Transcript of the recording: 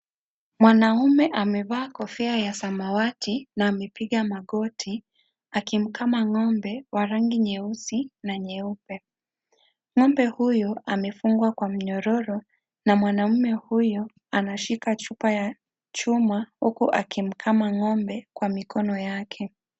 Mwanamume amevaa kofia ya samawati na amepiga magoti akimkama ng'ombe wa rangi nyeusi na nyeupe. Ng'ombe huyu amefungwa kwa minyororo na mwanamme huyu anashika chupa ya chuma huku akimkama ng'ombe kwa mikono yake.